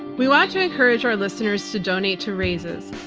we want to encourage our listeners to donate to raices,